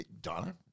Donna